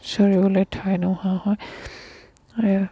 চৰিবলৈ ঠাই নোহোৱা হয়